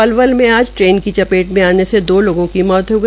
पलवल में आज ट्रेन की चपेट में आने से दो लोगों की मौत हो गई